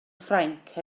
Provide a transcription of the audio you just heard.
ffrainc